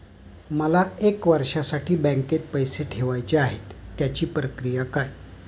मला एक वर्षासाठी बँकेत पैसे ठेवायचे आहेत त्याची प्रक्रिया काय?